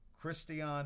Christian